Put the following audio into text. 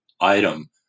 item